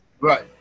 Right